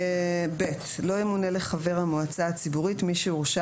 (ב)לא ימונה לחבר המועצה הציבורית מי שהורשע